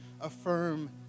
affirm